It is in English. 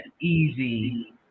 easy